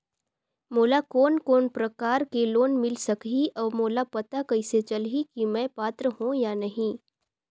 मोला कोन कोन प्रकार के लोन मिल सकही और मोला पता कइसे चलही की मैं पात्र हों या नहीं?